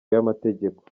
y’amategeko